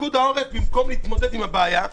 פיקוד העורף, במקום להתמודד עם הבעיה,